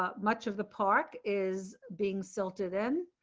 ah much of the park is being silted in